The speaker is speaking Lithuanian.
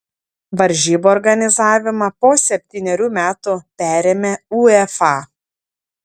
varžybų organizavimą po septynerių metų perėmė uefa